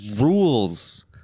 rules